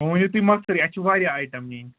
وۅنۍ ؤنِو تُہۍ مۅخصرے اَسہِ چھِ واریاہ ایٹم نِنۍ